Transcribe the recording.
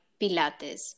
pilates